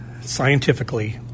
scientifically